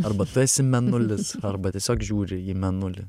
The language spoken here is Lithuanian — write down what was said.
arba tu esi mėnulis arba tiesiog žiūri į mėnulį